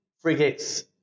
frigates